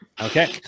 okay